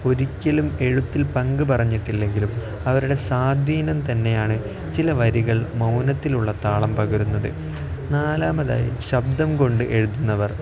ഒരിക്കലും എഴുത്തിൽ പങ്ക് പറഞ്ഞിട്ടില്ലെങ്കിലും അവരുടെ സ്വാധീനം തന്നെയാണ് ചില വരികൾ മൗനത്തിലുള്ള താളം പകരുന്നത് നാലാമതായി ശബ്ദം കൊണ്ട് എഴുതുന്നവർ